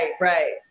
right